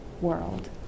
world